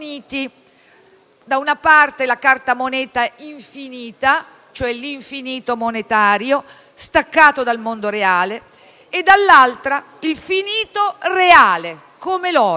da una parte la cartamoneta infinita, cioè l'infinito monetario staccato dal mondo reale, e dall'altra il finito reale, come l'oro.